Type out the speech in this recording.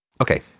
Okay